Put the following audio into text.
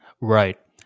Right